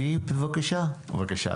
בבקשה.